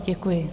Děkuji.